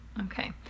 Okay